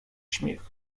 śmiech